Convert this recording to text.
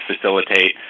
facilitate